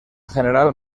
general